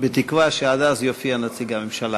בתקווה שעד אז יופיע נציג הממשלה.